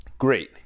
great